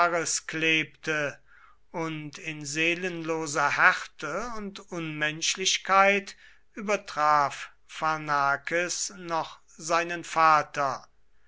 klebte und in seelenloser härte und unmenschlichkeit übertraf pharnakes noch seinen vater